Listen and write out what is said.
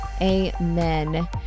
Amen